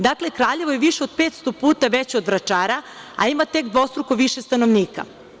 Dakle, Kraljevo je više od 500 puta veće od Vračara, a ima tek dvostruko više stanovnika.